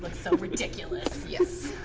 look so ridiculous. yes.